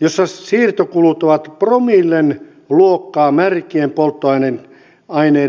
jossa siirtokulut ovat promillen luokkaa märkien polttoaineiden kuljetuskuluista